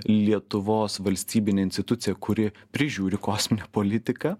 lietuvos valstybinė institucija kuri prižiūri kosminę politiką